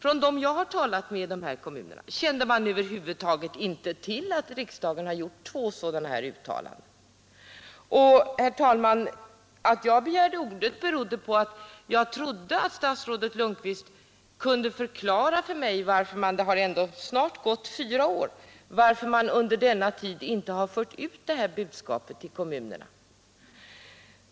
De som jag har talat med i dessa kommuner kände över huvud taget inte till att riksdagen har gjort två sådana uttalanden. Herr talman! Att jag begärde ordet berodde på att jag trodde att statsrådet Lundkvist kunde förklara för mig — det har ju ändå snart gått fyra år — varför man under denna tid inte har fört ut det här budskapet till kommunerna.